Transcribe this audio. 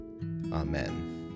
Amen